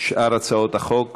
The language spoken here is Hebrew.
הצעות החוק